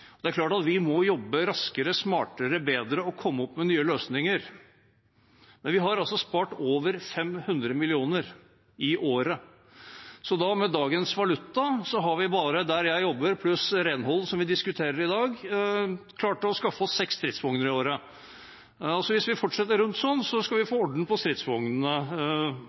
Det er klart at vi må jobbe raskere, smartere og bedre og komme opp med nye løsninger, men vi har altså spart over 500 mill. kr i året. Med dagens valuta har vi bare der jeg jobber – pluss renhold, som vi diskuterer i dag – klart å skaffe oss seks stridsvogner i året. Hvis vi fortsetter sånn, skal vi få orden på stridsvognene